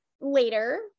later